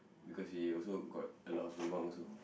because we also got a lot of lobang also